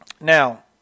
Now